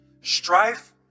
Strife